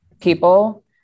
people